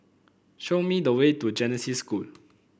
show me the way to Genesis School